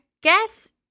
guess